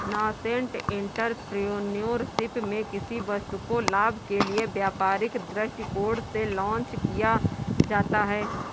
nascent entrepreneurship में किसी वस्तु को लाभ के लिए व्यापारिक दृष्टिकोण से लॉन्च किया जाता है